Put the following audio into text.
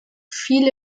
fiel